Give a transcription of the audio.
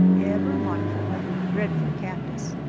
ever mindful of the dreadful cactus.